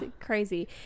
crazy